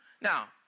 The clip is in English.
Now